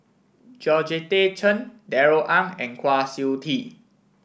Georgette Chen Darrell Ang and Kwa Siew Tee